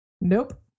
Nope